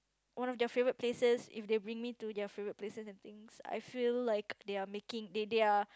one of their favourite places if they bring me to their favourite places and things I feel like they are making they they are